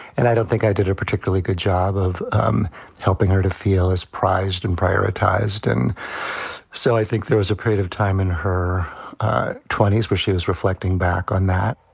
and i don't think i did a particularly good job of um helping her to feel as prized and prioritized. and so i think there was a creative time in her twenty s where she was reflecting back on that.